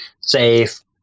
safe